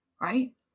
Right